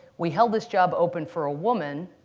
we held this job open for a woman,